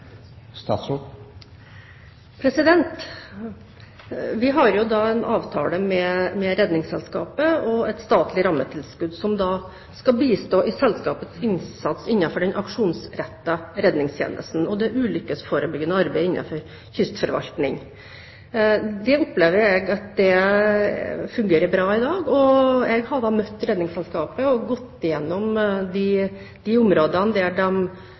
Vi har en avtale med Redningsselskapet, og et statlig rammetilskudd skal bistå i selskapets innsats innenfor den aksjonsrettede redningstjenesten og det ulykkesforebyggende arbeidet innenfor kystforvaltning. Jeg opplever at det fungerer bra i dag. Jeg har møtt Redningsselskapet og gått igjennom de områdene der